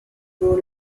grow